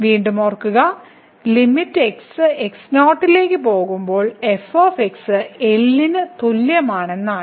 വീണ്ടും ഓർക്കുക limit x x0 ലേക്ക് പോകുമ്പോൾ f L ന് തുല്യമാണെന്നാണ്